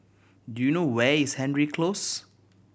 do you know where is Hendry Close